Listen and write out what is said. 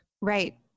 Right